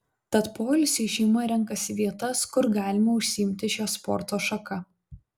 tad poilsiui šeima renkasi vietas kur galima užsiimti šia sporto šaka